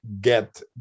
get